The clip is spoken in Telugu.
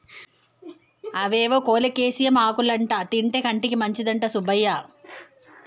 అవేవో కోలేకేసియం ఆకులంటా తింటే కంటికి మంచిదంట సుబ్బయ్య